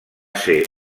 ser